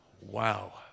Wow